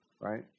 right